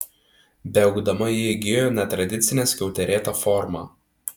beaugdama ji įgijo netradicinę skiauterėtą formą